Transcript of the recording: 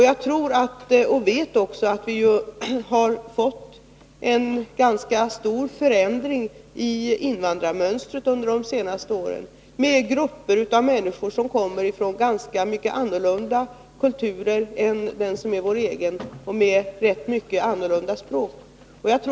Jag vet också att vi har fått en ganska stor förändring i invandrarmönstret under de senaste åren, med grupper av människor vilka kommer från andra kulturer än den som är vår egen och vilka har helt annorlunda språk.